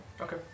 Okay